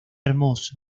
hermoso